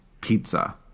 pizza